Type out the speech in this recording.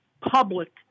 public